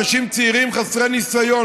אנשים צעירים חסרי ניסיון,